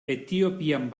etiopian